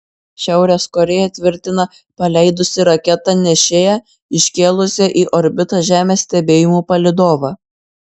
šiaurės korėja tvirtina paleidusi raketą nešėją iškėlusią į orbitą žemės stebėjimų palydovą